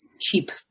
cheap